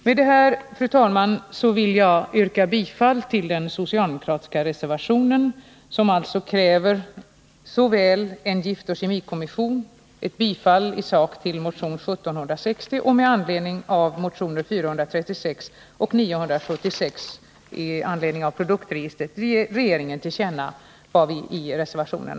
Med det här, fru talman, vill jag yrka bifall till den socialdemokratiska reservationen, där vi alltså kräver en giftoch kemikommission, och ett bifall isak till motion 1760. Vi vill också med anledning av motionerna 436 och 976 att riksdagen skall ge regeringen till känna vad vi anfört i reservationen.